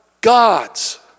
God's